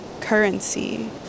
currency